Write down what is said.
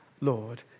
Lord